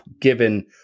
given